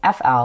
FL